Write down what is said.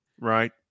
Right